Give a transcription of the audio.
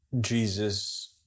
Jesus